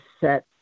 set